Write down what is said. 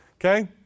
okay